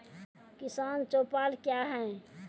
किसान चौपाल क्या हैं?